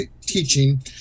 teaching